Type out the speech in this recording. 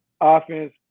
offense